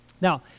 Now